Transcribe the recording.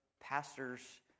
pastor's